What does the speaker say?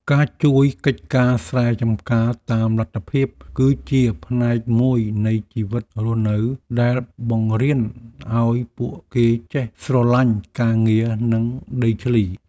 ការជួយកិច្ចការស្រែចម្ការតាមលទ្ធភាពគឺជាផ្នែកមួយនៃជីវិតរស់នៅដែលបង្រៀនឱ្យពួកគេចេះស្រឡាញ់ការងារនិងដីធ្លី។